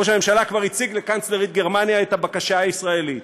ראש הממשלה כבר הציג לקנצלרית גרמניה את הבקשה הישראלית.